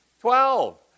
Twelve